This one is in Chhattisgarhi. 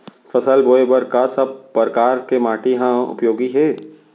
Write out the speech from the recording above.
फसल बोए बर का सब परकार के माटी हा उपयोगी हे?